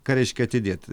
ką reiškia atidėt